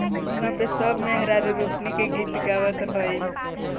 उहा पे सब मेहरारू रोपनी के गीत गावत हईन